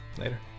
Later